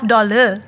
Dollar